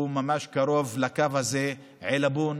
הוא ממש קרוב לקו הזה, עילבון.